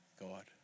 God